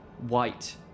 white